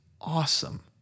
awesome